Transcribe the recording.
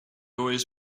always